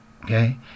Okay